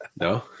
No